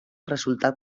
resultat